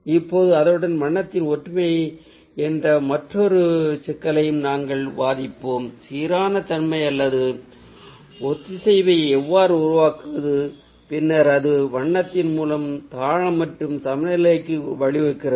இப்போது அதனுடன் வண்ணத்தின் ஒற்றுமை என்ற மற்றொரு சிக்கலையும் நாங்கள் விவாதிப்போம் சீரான தன்மை அல்லது ஒத்திசைவை எவ்வாறு உருவாக்குவது பின்னர் அது வண்ணத்தின் மூலம் தாளம் மற்றும் சமநிலைக்கு வழிவகுக்கிறது